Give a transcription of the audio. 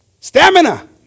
stamina